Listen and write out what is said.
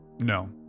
No